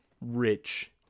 rich